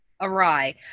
awry